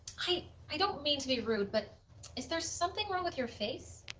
i i don't mean to be rude, but is there something wrong with your face?